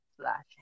slash